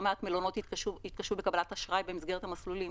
לא מעט מלונות התקשו בקבלת אשראי במסגרת המסלולים